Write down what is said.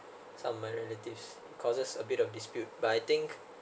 some my relatives cause a bit of dispute but I think